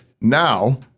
now